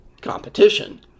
competition